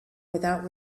without